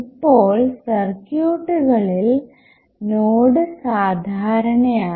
ഇപ്പോൾ സർക്യൂട്ടുകളിൽ നോഡ് സാധാരണയാണ്